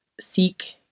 seek